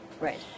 right